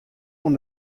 oan